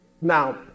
Now